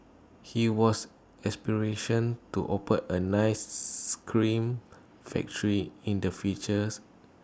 he was aspirations to open A nice scream factory in the futures